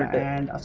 and